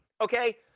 Okay